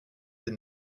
des